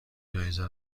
جایزه